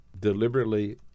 deliberately